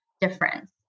difference